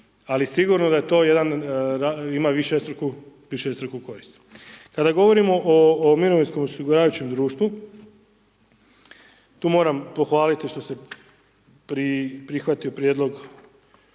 to jedan, ima višestruku korist. Kada govorimo o mirovinskom osiguravajućem društvu. Tu moram pohvali što se prihvatio prijedlog